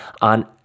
on